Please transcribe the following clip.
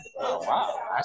wow